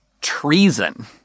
treason